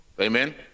Amen